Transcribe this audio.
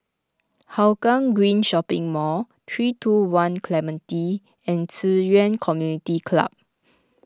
Hougang Green Shopping Mall three two one Clementi and Ci Yuan Community Club